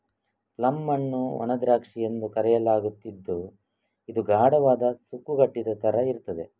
plum ಅನ್ನು ಒಣ ದ್ರಾಕ್ಷಿ ಎಂದು ಕರೆಯಲಾಗುತ್ತಿದ್ದು ಇದು ಗಾಢವಾದ, ಸುಕ್ಕುಗಟ್ಟಿದ ತರ ಇರ್ತದೆ